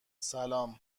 سلام